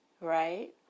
Right